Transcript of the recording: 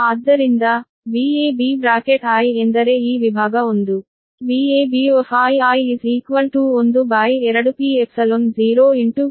ಆದ್ದರಿಂದ Vab bracket I ಎಂದರೆ ಈ ವಿಭಾಗ 1